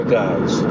guys